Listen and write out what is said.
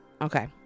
okay